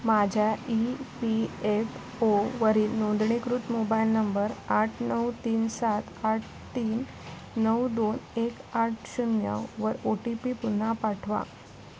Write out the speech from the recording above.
माझ्या E P F ओवरील नोंदणीकृत मोबाईल नंबर आठ नऊ तीन सात आठ तीन नऊ दोन एक आठ शून्यवर ओ टी पी पुन्हा पाठवा